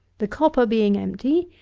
the copper being empty,